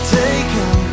taken